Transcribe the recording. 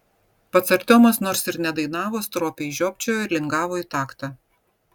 pats artiomas nors ir nedainavo stropiai žiopčiojo ir lingavo į taktą